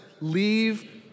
leave